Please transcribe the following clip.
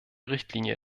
richtlinie